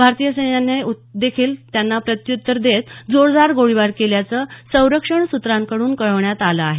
भारतीय सैन्याने देखील त्यांना प्रत्युत्तर देत जोरदार गोळीबार केल्याचं संरक्षण सूत्रांकडून कळवण्यात आलं आहे